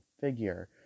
figure